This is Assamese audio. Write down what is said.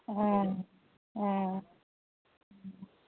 অঁ অঁ